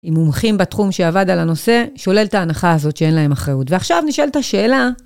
אם מומחים בתחום שעבד על הנושא, שולל את ההנחה הזאת שאין להם אחריות. ועכשיו נשאלת השאלה.